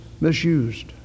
misused